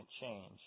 change